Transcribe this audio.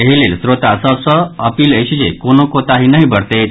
एहि लेल श्रोता सभ सँ अपील अछि जे कोनो कोताहि नहि बरतैथ